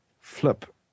flip